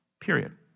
period